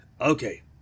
Okay